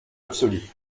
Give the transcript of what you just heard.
absolu